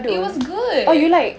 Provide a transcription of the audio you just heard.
it was good